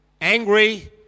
angry